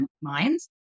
minds